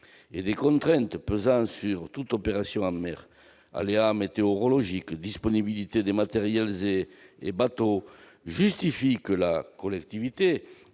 et les contraintes pesant sur toute opération en mer- aléas météorologiques, disponibilité des matériels et des bateaux -justifient que la collectivité